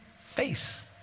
face